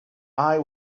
eye